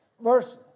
verse